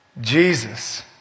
Jesus